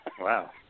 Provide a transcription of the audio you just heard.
Wow